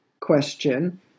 question